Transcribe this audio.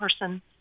person